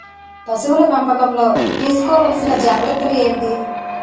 పశువుల పెంపకంలో తీసుకోవల్సిన జాగ్రత్త లు ఏంటి?